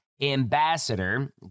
Ambassador